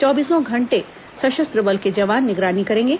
चौबीसों घंटे सशस्त्र बल के जवान निगरानी करेंगे